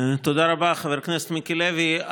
תודה רבה, חבר הכנסת מיקי לוי.